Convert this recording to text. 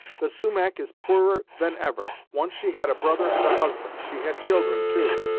the sumach is poorer than ever. once she had a brother and a husband. she had children, too.